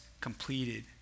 completed